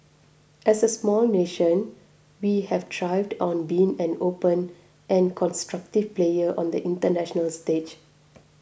as a small nation we have thrived on being an open and constructive player on the international stage